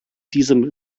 diesem